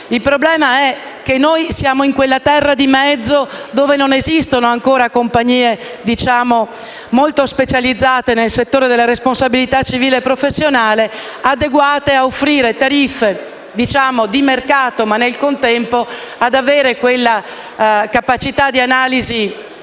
Il problema resta. Siamo in quella terra di mezzo in cui non esistono ancora compagnie molto specializzate nel settore della responsabilità civile professionale adeguate ad offrire tariffe di mercato ma, nel contempo, ad avere quella capacità di analisi,